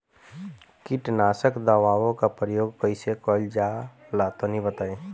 कीटनाशक दवाओं का प्रयोग कईसे कइल जा ला तनि बताई?